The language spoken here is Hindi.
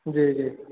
जी जी